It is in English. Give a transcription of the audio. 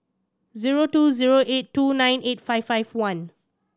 zero two zero eight two nine eight five five one